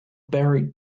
buried